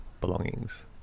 belongings